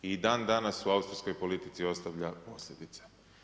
I dan danas u austrijskoj politici ostavlja posljedice.